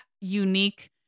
unique